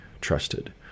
trusted